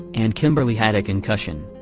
and kimberly had a concussion.